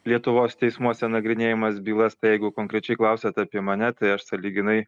lietuvos teismuose nagrinėjamas bylas jeigu konkrečiai klausiat apie mane tai aš sąlyginai